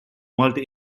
multi